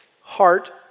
heart